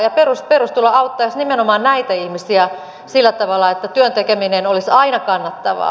perustulo auttaisi nimenomaan näitä ihmisiä sillä tavalla että työn tekeminen olisi aina kannattavaa